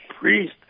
priest